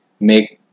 make